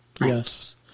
Yes